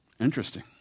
Interesting